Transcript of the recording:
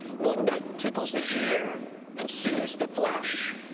one that tickles the ear and soothes the flesh,